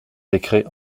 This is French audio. décret